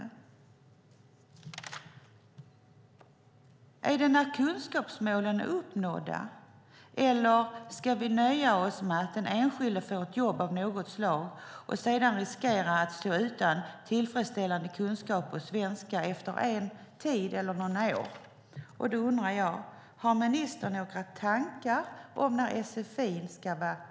Ska vi nöja oss när kunskapsmålen är uppnådda eller när den enskilde får ett jobb av något slag och sedan riskerar att stå utan tillfredsställande kunskaper i svenska efter några år? Jag undrar om ministern har några tankar om när sfi:n ska vara klar.